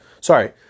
sorry